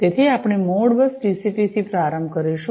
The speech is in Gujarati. તેથી આપણે મોડબસ ટીસીપીથી પ્રારંભ કરીશું